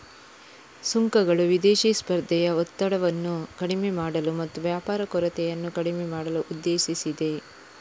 ಸುಂಕಗಳು ವಿದೇಶಿ ಸ್ಪರ್ಧೆಯ ಒತ್ತಡವನ್ನು ಕಡಿಮೆ ಮಾಡಲು ಮತ್ತು ವ್ಯಾಪಾರ ಕೊರತೆಯನ್ನು ಕಡಿಮೆ ಮಾಡಲು ಉದ್ದೇಶಿಸಿದೆ